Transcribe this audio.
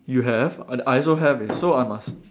you have I I also have eh so I must